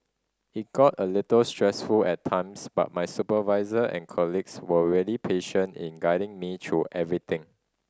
it got a little stressful at times but my supervisor and colleagues were really patient in guiding me through everything